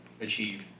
achieve